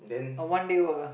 a one day work ah